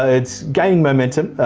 it's gaining momentum.